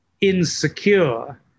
insecure